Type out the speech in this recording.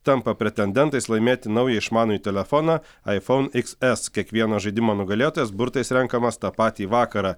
tampa pretendentais laimėti naują išmanųjį telefoną aifoun xs kiekvieno žaidimo nugalėtojas burtais renkamas tą patį vakarą